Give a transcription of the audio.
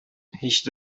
һич